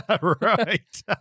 Right